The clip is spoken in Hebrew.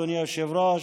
אדוני היושב-ראש,